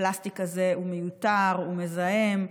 הפלסטיק הזה הוא מיותר, הוא מזהם,